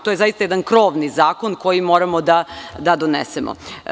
To je zaista jedan krovni zakon koji moramo da donesemo.